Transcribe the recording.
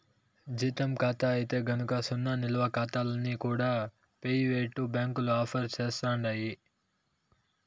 జీతం కాతా అయితే గనక సున్నా నిలవ కాతాల్ని కూడా పెయివేటు బ్యాంకులు ఆఫర్ సేస్తండాయి